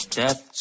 death